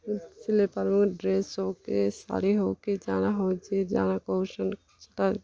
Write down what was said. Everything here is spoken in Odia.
ସିଲେଇ ପାର୍ମି ଡ଼୍ରେସ୍ ହେଉ କି ଶାଢ଼ୀ ହେଉ କି ଜାଣା ହେଉ ଯିଏ ଜାଣା କହୁଛନ୍ କିଛି ଟା